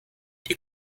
die